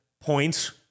points